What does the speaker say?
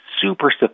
super